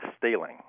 stealing